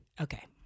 okay